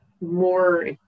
more